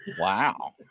Wow